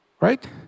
Right